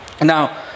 Now